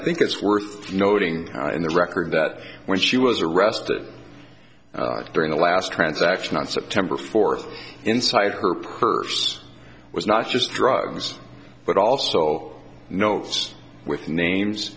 think it's worth noting in the record that when she was arrested during the last transaction on september fourth inside her purse was not just drugs but also notes with names